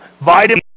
vitamin